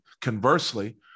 conversely